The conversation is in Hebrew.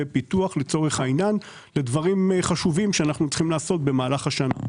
פיתוח לדברים חשובים שאנחנו צריכים לעשות במהלך השנה.